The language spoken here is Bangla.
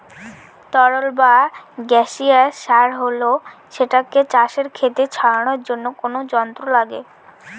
তরল বা গাসিয়াস সার হলে সেটাকে চাষের খেতে ছড়ানোর জন্য কোনো যন্ত্র লাগে